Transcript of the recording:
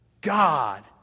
God